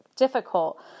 Difficult